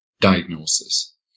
diagnosis